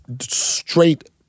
straight